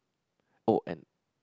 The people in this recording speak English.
oh and